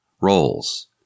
Roles